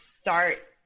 start